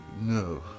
no